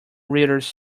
readers